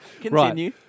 Continue